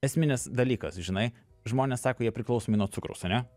esminis dalykas žinai žmonės sako jie priklausomi nuo cukraus ane